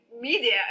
media